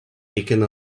taking